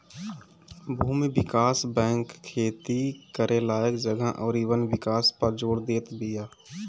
भूमि विकास बैंक खेती करे लायक जगह अउरी वन विकास पअ जोर देत बिया